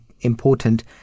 important